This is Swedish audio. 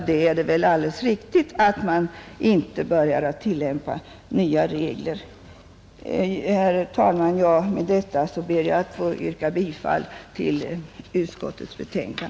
Det är väl alldeles riktigt att man inte börjar tillämpa nya regler förrän dess arbete är klart, Herr talman! Med detta yrkar jag bifall till utskottets hemställan.